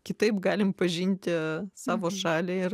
kitaip galim pažinti savo šalį ir